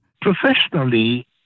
Professionally